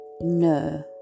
No